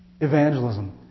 Evangelism